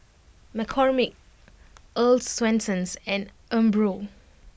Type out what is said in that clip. McCormick Earl's Swensens and Umbro